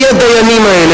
מי הדיינים האלה?